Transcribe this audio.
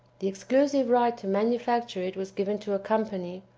the exclusive right to manufacture it was given to a company,